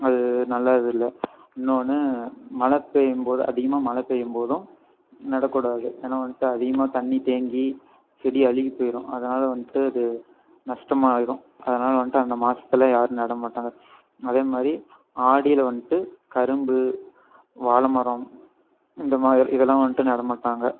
அது நல்லது இல்லை இன்னோன்று மழை பெய்யும் போது அதிகமாக பெய்யும் போதும் நடக்கூடாது ஏனால் வந்துட்டு அதிகமாக தண்ணி தேங்கி செடி அழுகி போயிரும் அதனாலே வந்துட்டு அது நஷ்டமாயிடும் அதனாலே வந்துட்டு அந்த மாதத்துல யாரும் நட மாட்டாங்க அதேமாதிரி ஆடியில் வந்துட்டு கரும்பு வாழை மரம் இந்தமாதிரி இதெல்லாம் வந்துட்டு நட மாட்டாங்க